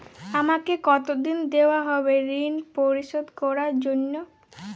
আমাকে কতদিন দেওয়া হবে ৠণ পরিশোধ করার জন্য?